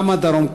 גם הדרום,